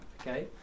okay